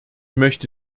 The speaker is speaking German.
möchte